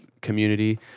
community